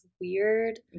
weird